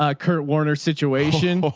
ah kurt warner situation. but